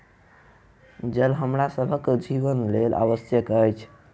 जल हमरा सभ के जीवन के लेल आवश्यक अछि